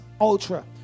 ultra